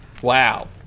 Wow